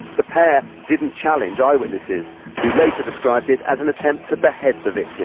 the pair didn't challenge eyewitnesses who later described it as an attempt to behead the victim.